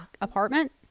apartment